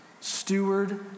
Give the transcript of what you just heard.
steward